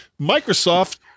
Microsoft